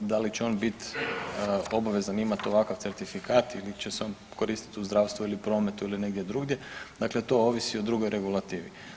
Da li će on biti obavezan imat ovakav certifikat ili će se on koristiti u zdravstvu ili prometu ili negdje drugdje, dakle to ovisi o drugoj regulativi.